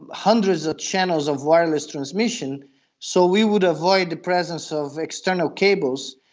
hundreds of channels of wireless transmission so we would avoid the presence of external cables.